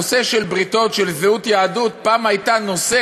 הנושא של בריתות, של זהות יהדות, פעם היה נושא